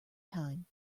time